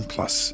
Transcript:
Plus